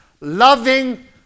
loving